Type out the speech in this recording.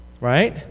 right